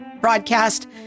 broadcast